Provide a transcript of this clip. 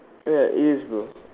ya is bro